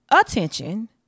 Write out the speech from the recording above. attention